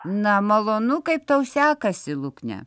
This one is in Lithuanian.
na malonu kaip tau sekasi lukne